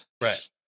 Right